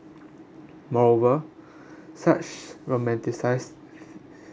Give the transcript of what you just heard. moreover such romanticized